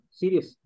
serious